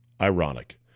ironic